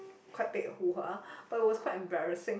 quite big hoo-ha but it was quite embarrassing